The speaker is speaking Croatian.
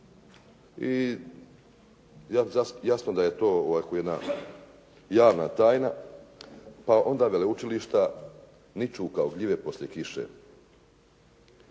I jasno da je to ovako jedna javna tajna, pa onda veleučilišta niču kao gljive poslije kiše.